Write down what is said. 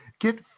Get